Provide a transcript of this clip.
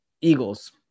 Eagles